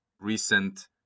recent